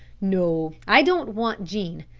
no, i don't want jean.